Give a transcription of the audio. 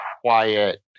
quiet